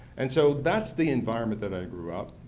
and so that's the environment that i grew up,